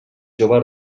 jove